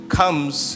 comes